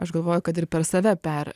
aš galvoju kad ir per save per